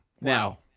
Now